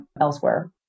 elsewhere